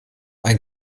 ein